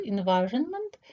Environment